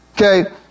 okay